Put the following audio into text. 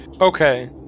Okay